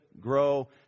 grow